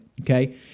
Okay